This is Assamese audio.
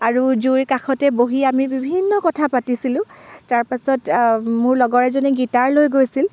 আৰু জুইৰ কাষতে বহি আমি বিভিন্ন কথা পাতিছিলোঁ তাৰ পাছত মোৰ লগৰ এজনে গীটাৰ লৈ গৈছিল